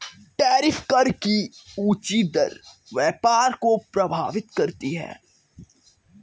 tariff कर की ऊँची दर व्यापार को प्रभावित करती है